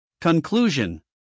Conclusion